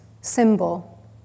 symbol